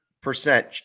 percent